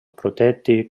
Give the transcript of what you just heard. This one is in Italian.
protetti